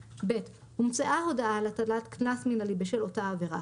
(ב) הומצאה הודעה על הטלת קנס מינהלי בשל אותה עבירה,